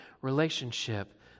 relationship